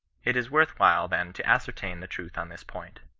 it is worth while then to ascertain the truth on this point.